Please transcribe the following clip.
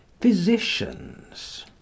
Physicians